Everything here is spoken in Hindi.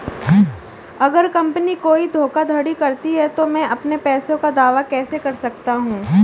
अगर कंपनी कोई धोखाधड़ी करती है तो मैं अपने पैसे का दावा कैसे कर सकता हूं?